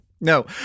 No